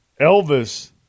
Elvis